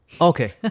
Okay